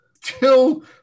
till